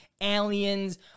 aliens